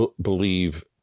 believe